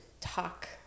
talk